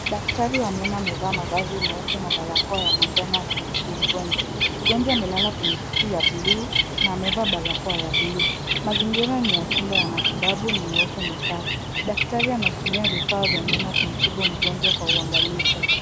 Daktari wa meno amevaa mavazi meupe na barakoa ya manjano akimtibu mgonjwa. Mgonjwa amelala kwenye kiti ya bluu na amevaa barakoa ya bluu. Mazingira ni ya chumba ya matibabu ni meupe na safi. Daktari anatumia vifaa vya meno kumtibu mgonjwa kwa uangalifu.